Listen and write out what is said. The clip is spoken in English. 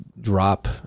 drop